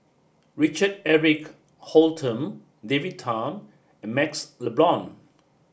Richard Eric Holttum David Tham and MaxLe Blond